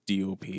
DOP